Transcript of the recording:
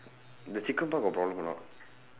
the chicken part got problem or not